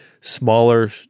smaller